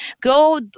go